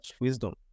wisdom